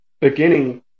beginning